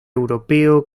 europeo